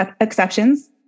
exceptions